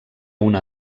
una